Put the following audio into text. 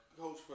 coach